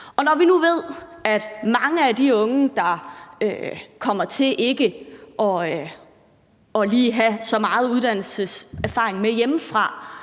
Når vi nu ved, at mange af de unge, der kommer til ikke lige at have så meget uddannelseserfaring med hjemmefra,